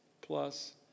plus